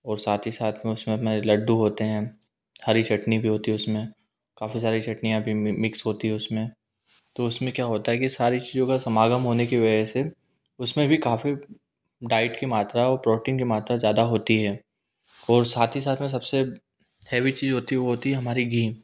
और साथ ही साथ में उसमें हमारे लड्डू होते हैं हरी चटनी भी होती है उसमें काफ़ी सारी चटनियाँ भी मिक्स होती है उसमें तो उसमें क्या होता है कि सारी चीज़ों का समागम होने की वजह से उसमें भी काफ़ी डाइट की मात्रा और प्रोटीन की मात्रा ज़्यादा होती है और साथ ही साथ में सब से हैवी चीज़ होती है वो होता है हमारा घी